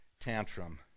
tantrum